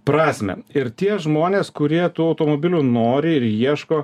prasmę ir tie žmonės kurie tų automobilių nori ir ieško